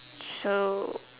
so